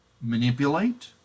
manipulate